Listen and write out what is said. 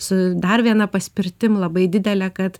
su dar viena paspirtim labai didele kad